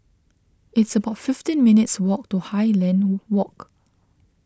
it's about fifteen minutes' walk to Highland Walk